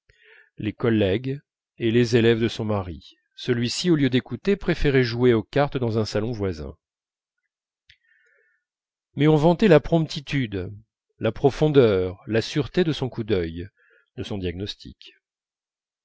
les collègues et les élèves de son mari celui-ci au lieu d'écouter préférait jouer aux cartes dans un salon voisin mais on vantait la promptitude la profondeur la sûreté de son coup d'œil de son diagnostic